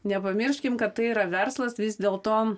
nepamirškim kad tai yra verslas vis dėl to